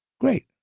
Great